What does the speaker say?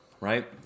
Right